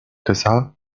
تسعة